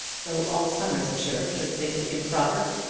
though all somersetshire should think it improper!